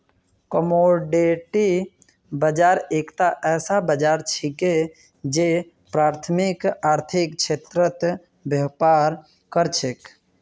commodity बाजार एकता ऐसा बाजार छिके जे प्राथमिक आर्थिक क्षेत्रत व्यापार कर छेक